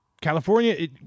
California